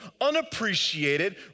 unappreciated